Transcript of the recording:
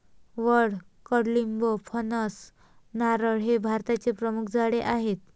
वड, कडुलिंब, फणस, नारळ हे भारताचे प्रमुख झाडे आहे